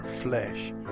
flesh